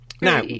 Now